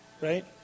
right